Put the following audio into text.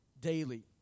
daily